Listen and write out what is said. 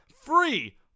free